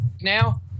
now